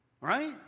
Right